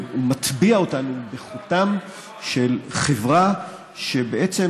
הוא מטביע אותנו בחותם של חברה שבעצם